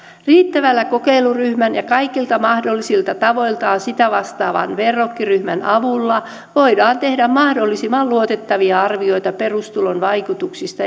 riittävällä kokeiluryhmän ja kaikilta mahdollisilta tavoiltaan sitä vastaavan verrokkiryhmän avulla voidaan tehdä mahdollisimman luotettavia arvioita perustulon vaikutuksista